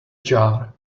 jar